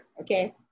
okay